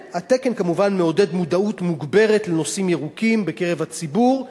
התקן כמובן מעודד מודעות מוגברות לנושאים ירוקים בקרב הציבור,